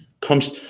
comes